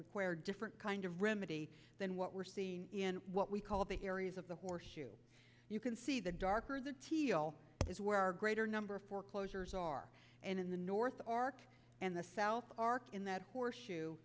require different kind of remedy than what we're seeing in what we call the areas of the horseshoe you can see the darker the teal is where our greater number of foreclosures are and in the north arc and the south park in that horseshoe